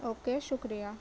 okay شکریہ